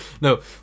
No